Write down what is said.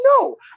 no